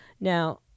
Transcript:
Now